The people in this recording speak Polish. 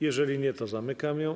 Jeżeli nie, to zamykam ją.